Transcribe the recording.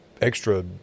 extra